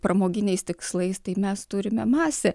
pramoginiais tikslais tai mes turime masę